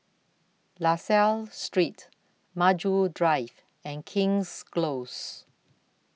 La Salle Street Maju Drive and King's Close